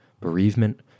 bereavement